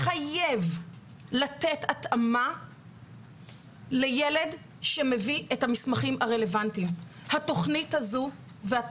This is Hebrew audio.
תוכלו למפות את התלמידים שהגיעו לסמסטר השלישי ועדיין